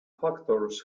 factors